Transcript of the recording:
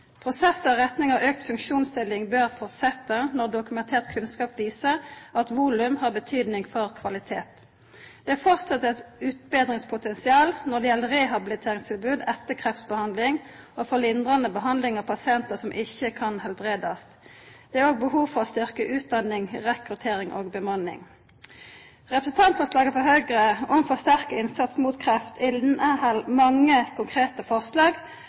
Prosessar i retning av auka funksjonsdeling bør fortsetja når dokumentert kunnskap viser at volum har betyding for kvalitet. Det er framleis eit utbetringspotensial når det gjeld rehabiliteringtilbod etter kreftbehandling og for lindrande behandling av pasientar som ikkje kan lækjast. Det er behov for å styrkja utdanning, rekruttering og bemanning. Representantforslaget frå Høgre om forsterka innsats mot kreft inneheld mange konkrete forslag